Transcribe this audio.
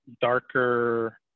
darker